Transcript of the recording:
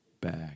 Back